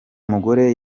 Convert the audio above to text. mugore